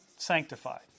Sanctified